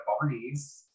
Barney's